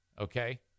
Okay